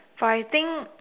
for I think